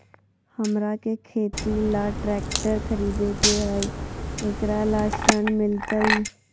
हमरा के खेती ला ट्रैक्टर खरीदे के हई, एकरा ला ऋण मिलतई?